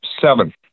seven